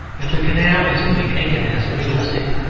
if the canal is to be taken as realistic,